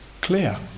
clear